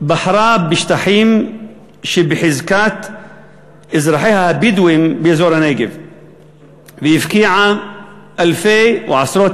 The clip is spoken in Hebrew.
בחרה בשטחים שבחזקת אזרחיה הבדואים באזור הנגב והפקיעה עשרות